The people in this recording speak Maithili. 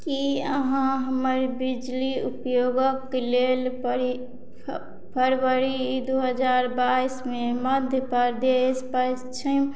कि अहाँ हमर बिजली उपयोगके लेल परि फरवरी दुइ हजार बाइसमे मध्य प्रदेश पच्छिम